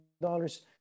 dollars